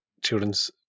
children's